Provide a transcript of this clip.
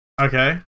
Okay